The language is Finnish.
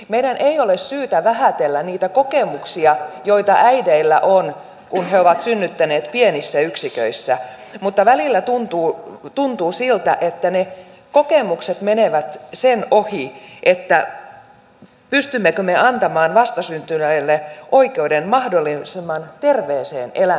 meidän ei ole syytä vähätellä niitä kokemuksia joita äideillä on kun he ovat synnyttäneet pienissä yksiköissä mutta välillä tuntuu siltä että ne kokemukset menevät sen ohi pystymmekö me antamaan vastasyntyneille oikeuden mahdollisimman terveeseen elämän alkuun